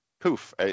poof